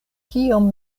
kiom